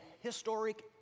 historic